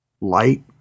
light